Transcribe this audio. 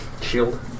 shield